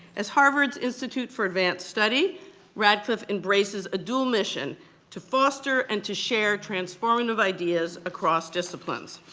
as harvard's institute for advanced study radcliffe embraces a dual mission to foster and to share transformative ideas across disciplines.